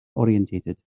oriented